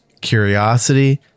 curiosity